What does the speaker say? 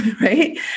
right